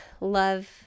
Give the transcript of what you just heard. love